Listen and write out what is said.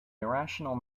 irrational